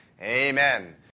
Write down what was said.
Amen